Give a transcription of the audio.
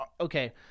okay